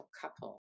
couple